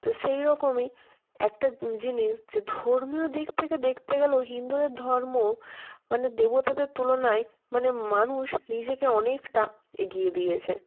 তো সেই রকমই একটা জিনিস যে ধর্মীয় দিক থেকে দেখতে গেলেও হিন্দুদের ধর্ম মানে দেবতাদের তুলনায় মানে মানুষ নিজেকে অনেকটা এগিয়ে দিয়েছে